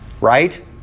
Right